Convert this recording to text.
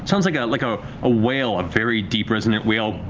sounds like a like ah ah whale. a very deep, resonant whale